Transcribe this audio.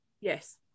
Yes